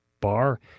bar